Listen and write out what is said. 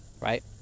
Right